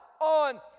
on